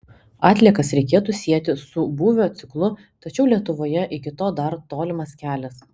atliekas reikėtų sieti su būvio ciklu tačiau lietuvoje iki to dar tolimas kelias